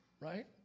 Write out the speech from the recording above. right